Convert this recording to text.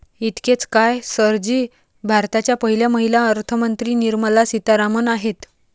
इतकेच काय, सर जी भारताच्या पहिल्या महिला अर्थमंत्री निर्मला सीतारामन आहेत